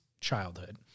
childhood